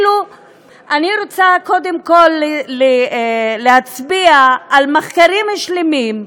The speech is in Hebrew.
אני רוצה קודם כול להצביע על מחקרים שלמים,